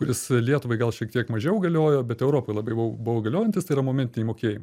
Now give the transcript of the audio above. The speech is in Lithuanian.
kuris lietuvai gal šiek tiek mažiau galiojo bet europoje labiau buvo galiojantis tai yra momentiniai mokėjimai